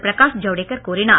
பிரகாஷ் ஜவடேகர் கூறினார்